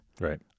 Right